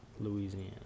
Louisiana